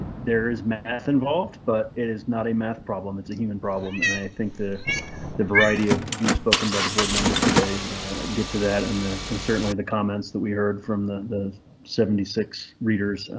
there is math involved, but it is not a math problem. it's a human problem, and i think the the variety of views spoken by the board members today get to that. and and certainly the comments that we heard from the the seventy six readers